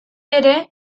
ere